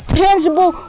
tangible